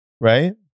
right